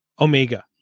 omega